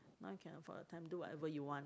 now you can afford the time do whatever you want